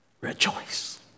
rejoice